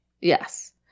Yes